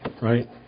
right